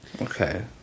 Okay